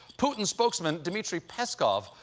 putin's spokesman, dmitry peskov,